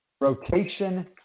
Rotation